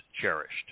Cherished